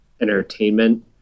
entertainment